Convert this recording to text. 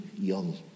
young